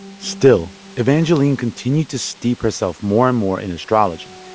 still, evangeline continued to steep herself more and more in astrology.